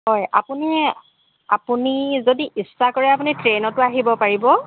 হয় আপুনি আপুনি যদি ইচ্ছা কৰে আপুনি ট্ৰেইনতো আহিব পাৰিব